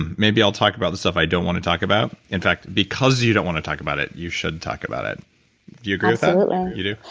maybe i'll talk about the stuff i don't want to talk about. in fact, because you don't want to talk about it, you should talk about it. do you agree with that? absolutely you do?